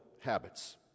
habits